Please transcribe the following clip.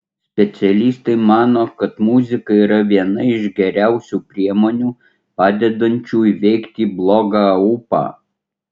specialistai mano kad muzika yra viena iš geriausių priemonių padedančių įveikti blogą ūpą